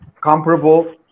comparable